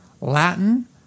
Latin